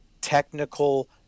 technical